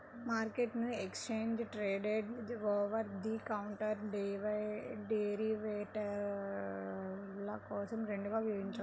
మార్కెట్ను exchange traded, over the counter డెరివేటివ్ల కోసం రెండుగా విభజించవచ్చు